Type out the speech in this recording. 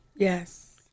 Yes